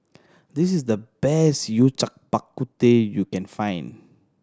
this is the best Yao Cai Bak Kut Teh you can find